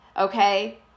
Okay